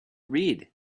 read